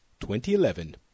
2011